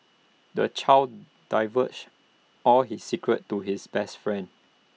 the child divulged all his secrets to his best friend